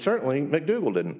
certainly mcdougall didn't